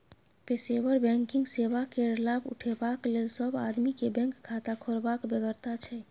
पेशेवर बैंकिंग सेवा केर लाभ उठेबाक लेल सब आदमी केँ बैंक खाता खोलबाक बेगरता छै